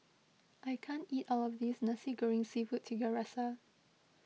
I can't eat all of this Nasi Goreng Seafood Tiga Rasa